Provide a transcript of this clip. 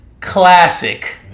classic